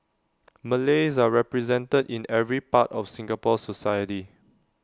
Malays are represented in every part of Singapore society